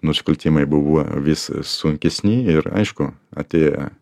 nusikaltimai buvo vis sunkesni ir aišku atėję